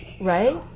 right